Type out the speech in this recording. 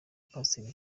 pasiteri